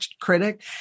critic